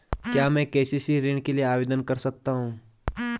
क्या मैं के.सी.सी ऋण के लिए आवेदन कर सकता हूँ?